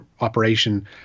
operation